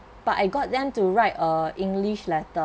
but I got them to write a english letter